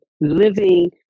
living